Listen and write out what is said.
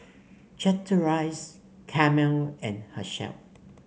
Chateraise Camel and Herschel